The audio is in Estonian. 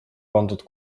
pandud